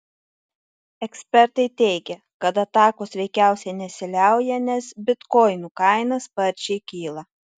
ekspertai teigia kad atakos veikiausiai nesiliauja nes bitkoinų kaina sparčiai kyla